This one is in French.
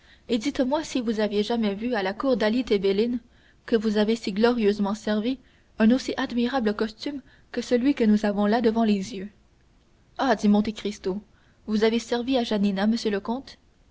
et dites-moi si vous avez jamais vu à la cour dali tebelin que vous avez si glorieusement servi un aussi admirable costume que celui que nous avons là devant les yeux ah dit monte cristo vous avez servi à janina monsieur le